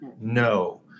no